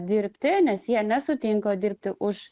dirbti nes jie nesutinka dirbti už